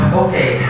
okay